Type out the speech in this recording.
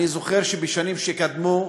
אני זוכר שבשנים שקדמו,